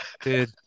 Dude